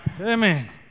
amen